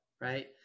right